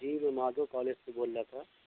جی میں مادھو کالج سے بول رہا تھا